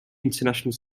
international